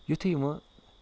یُتھُے وۄنۍ